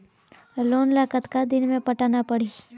Loan ला कतका दिन मे पटाना पड़ही?